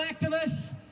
activists